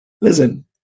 listen